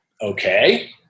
okay